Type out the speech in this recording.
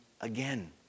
again